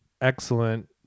excellent